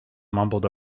mumbled